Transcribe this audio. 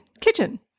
kitchen